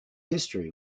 history